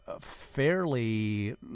fairly